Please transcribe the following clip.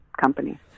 company